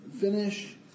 Finish